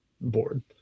board